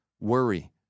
worry